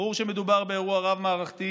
ברור שמדובר באירוע רב-מערכתי